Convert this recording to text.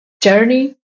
journey